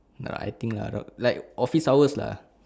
no I think around like office hours lah